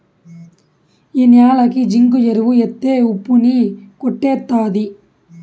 ఈ న్యాలకి జింకు ఎరువు ఎత్తే ఉప్పు ని కొట్టేత్తది